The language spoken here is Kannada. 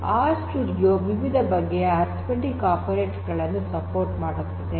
ಆರ್ ಸ್ಟುಡಿಯೋ ವಿವಿಧ ಬಗೆಯ ಅರಿತ್ಮೆಟಿಕ್ ಆಪರೇಟರ್ ಗಳನ್ನು ಬೆಂಬಲಿಸುತ್ತದೆ